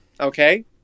okay